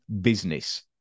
business